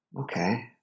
Okay